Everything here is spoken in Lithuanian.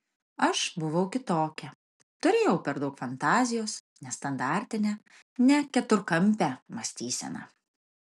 aš buvau kitokia turėjau per daug fantazijos nestandartinę ne keturkampę mąstyseną